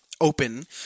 Open